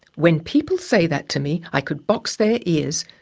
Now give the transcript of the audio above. when people say that to me, i could box their ears!